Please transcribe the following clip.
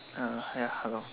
ya hello